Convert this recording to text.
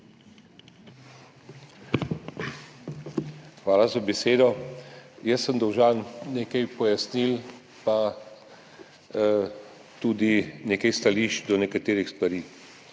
Hvala za besedo. Jaz sem dolžan nekaj pojasnil, pa tudi nekaj stališč o nekaterih stvareh.